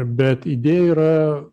bet idėja yra